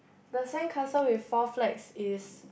the sandcastle with four flags is